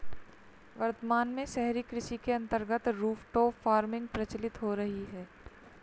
वर्तमान में शहरी कृषि के अंतर्गत रूफटॉप फार्मिंग प्रचलित हो रही है